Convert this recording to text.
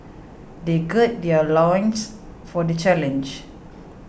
they gird their loins for the challenge